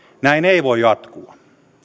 näin ei voi jatkua